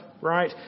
right